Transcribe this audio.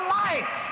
life